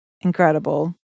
Incredible